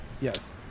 Yes